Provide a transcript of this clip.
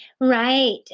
Right